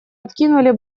откинули